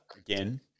again